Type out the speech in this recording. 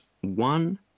one